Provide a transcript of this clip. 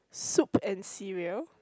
soup and cereal